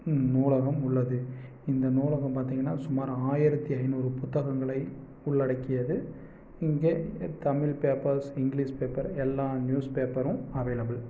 நூலகம் உள்ளது இந்த நூலகம் பார்த்தீங்கனா சுமார் ஆயிரத்தி ஐநூறு புத்தகங்களை உள்ளடக்கியது இங்கே தமிழ் பேப்பர்ஸ் இங்கிலிஸ் பேப்பர் எல்லா நியூஸ் பேப்பரும் அவைலபில்